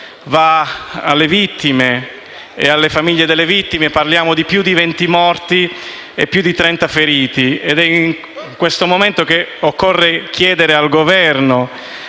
va alle vittime e alle famiglie delle vittime. Parliamo di più di venti morti e più di trenta feriti. È in questo momento che occorre chiedere al Governo,